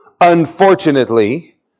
unfortunately